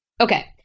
Okay